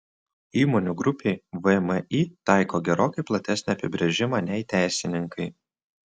įmonių grupei vmi taiko gerokai platesnį apibrėžimą nei teisininkai